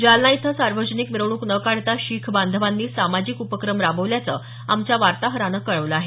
जालना इथं सार्वजनिक मिरवणूक न काढता शीख बांधवांनी सामाजिक उपक्रम राबवल्याचं आमच्या वार्ताहरानं कळवलं आहे